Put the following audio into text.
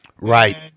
Right